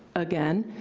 again,